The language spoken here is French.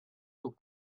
aux